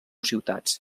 ciutats